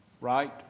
right